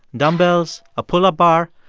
dumbbells, a pull-up bar.